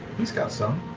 he's got some.